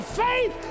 faith